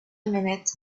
minute